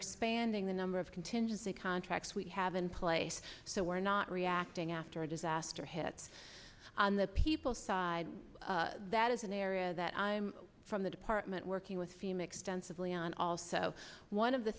expanding the number of contingency contracts we have in place so we're not reacting after a disaster hits on the people side that is an area that i'm from the department working with fema extensively on also one of the